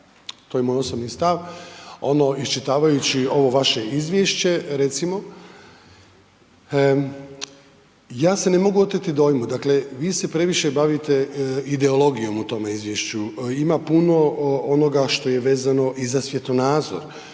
to je moj osobni stav, a ono iščitavajući ovo vaše izvješće recimo ja se ne mogu oteti dojmu, dakle vi se previše bavite ideologijom u tome izvješću, ima puno onoga što je vezano i za svjetonazor